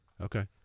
Okay